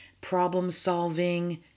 problem-solving